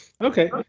Okay